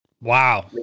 Wow